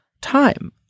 time